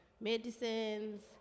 medicines